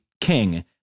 King